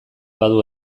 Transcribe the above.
badu